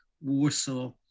Warsaw